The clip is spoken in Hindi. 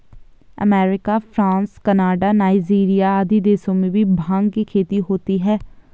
अमेरिका, फ्रांस, कनाडा, नाइजीरिया आदि देशों में भी भाँग की खेती होती है